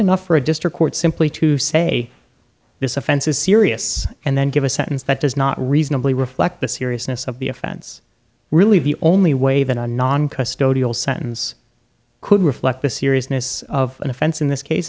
enough for a district court simply to say this offense is serious and then give a sentence that does not reasonably reflect the seriousness of the offense really the only way that a non custodial sentence could reflect the seriousness of an offense in this case